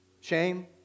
Shame